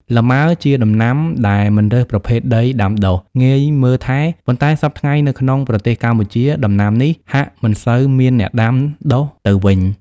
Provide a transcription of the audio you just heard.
លម៉ើ ជាដំណាំដែលមិនរើសប្រភេទដីដាំដុះ ងាយមើលថែ ប៉ុន្តែសព្វថ្ងៃនៅក្នងប្រទេសកម្ពុជា ដំណាំនេះហាក់មិនសូវ មានអ្នកដាំដុះទៅវិញ។